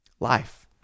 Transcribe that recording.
life